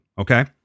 Okay